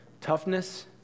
toughness